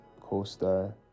co-star